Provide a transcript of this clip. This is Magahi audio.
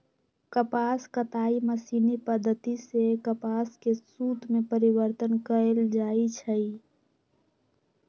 कपास कताई मशीनी पद्धति सेए कपास के सुत में परिवर्तन कएल जाइ छइ